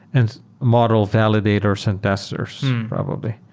and model validators, investors probably.